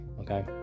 okay